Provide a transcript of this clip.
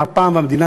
והמדינה,